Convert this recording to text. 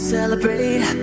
Celebrate